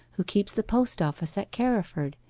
who keeps the post-office at carriford,